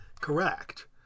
correct